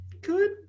Good